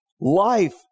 life